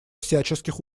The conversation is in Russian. всяческих